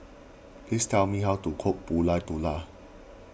please tell me how to cook Pulut